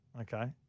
okay